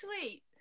sweet